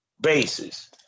bases